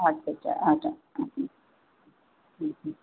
আচ্ছা আচ্ছা আচ্ছা